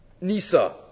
Nisa